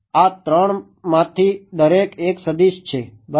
આ 3 માંથી દરેક 1 સદીશ છે બરાબર